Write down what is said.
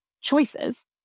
choices